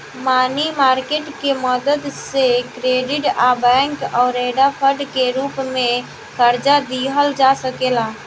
मनी market के मदद से क्रेडिट आ बैंक ओवरड्राफ्ट के रूप में कर्जा लिहल जा सकेला